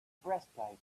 breastplate